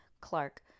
Clark